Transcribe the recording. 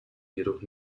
jedoch